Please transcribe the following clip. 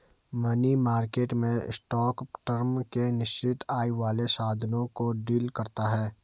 money market में short term के निश्चित आय वाले साधनों को डील करता है